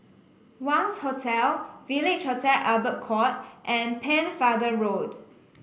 Wangz Hotel Village Hotel Albert Court and Pennefather Road